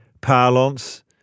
parlance